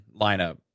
lineup